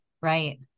Right